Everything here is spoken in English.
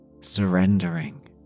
surrendering